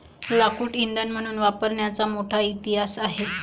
लाकूड इंधन म्हणून वापरण्याचा मोठा इतिहास आहे